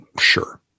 sure